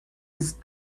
his